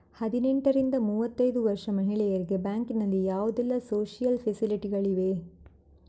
ಹದಿನೆಂಟರಿಂದ ಮೂವತ್ತೈದು ವರ್ಷ ಮಹಿಳೆಯರಿಗೆ ಬ್ಯಾಂಕಿನಲ್ಲಿ ಯಾವುದೆಲ್ಲ ಸೋಶಿಯಲ್ ಫೆಸಿಲಿಟಿ ಗಳಿವೆ?